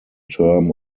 term